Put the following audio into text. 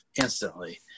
instantly